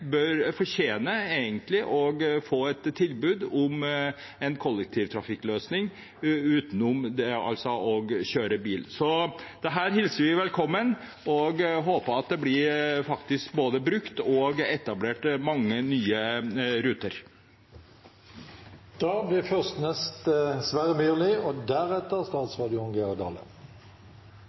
egentlig å få et tilbud om en kollektivtrafikkløsning i tillegg til å kjøre bil. Så dette hilser vi velkommen og håper både at det blir brukt, og at det blir etablert mange nye